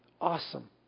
awesome